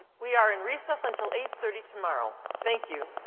we are in recess until eight thirty tomorrow. thank you.